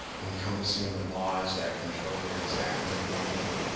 in compassing the laws that control their exact uniformity,